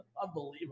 Unbelievable